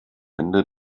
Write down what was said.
ende